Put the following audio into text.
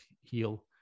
Heal